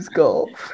golf